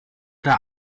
der